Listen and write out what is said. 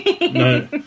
no